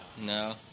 No